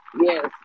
Yes